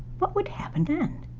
what would happen then?